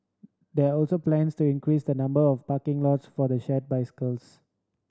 there are also plans to increase the number of parking lots for the shared bicycles